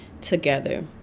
together